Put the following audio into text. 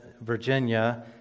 Virginia